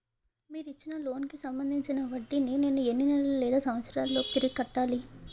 మీరు ఇచ్చిన లోన్ కి సంబందించిన వడ్డీని నేను ఎన్ని నెలలు లేదా సంవత్సరాలలోపు తిరిగి కట్టాలి?